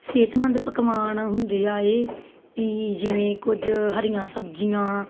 ਸਿਹਤਮੰਦ ਪਕਵਾਨ ਹੁੰਦੇ ਆ ਇਹ ਵੀ ਜਿਵੇਂ ਕੁਝ ਹਰੀਆਂ ਸਬਜ਼ੀਆਂ